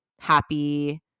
happy